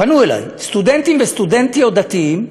פנו אלי, סטודנטים וסטודנטיות דתיים,